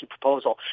proposal